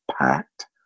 packed